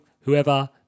whoever